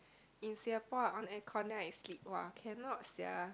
in Singapore I on aircon then I sleep !wah! cannot sia